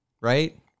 right